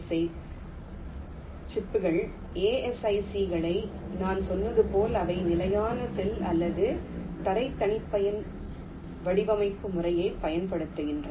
ஐ சிப்புகள் ASIC களை நான் சொன்னது போல அவை நிலையான செல் அல்லது அரை தனிப்பயன் வடிவமைப்பு முறையைப் பயன்படுத்துகின்றன